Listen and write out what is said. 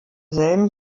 selben